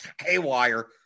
Haywire